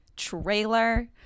trailer